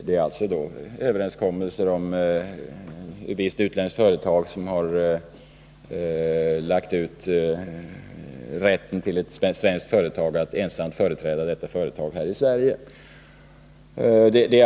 Det är fråga om överenskommelser med ett visst utländskt företag, som har lagt ut rätten till ett svenskt företag att ensamt företräda sig här i Sverige.